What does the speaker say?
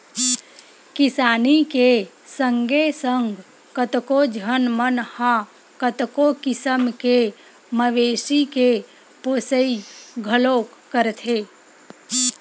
किसानी के संगे संग कतको झन मन ह कतको किसम के मवेशी के पोसई घलोक करथे